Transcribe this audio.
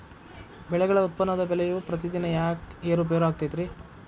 ಬೆಳೆಗಳ ಉತ್ಪನ್ನದ ಬೆಲೆಯು ಪ್ರತಿದಿನ ಯಾಕ ಏರು ಪೇರು ಆಗುತ್ತೈತರೇ?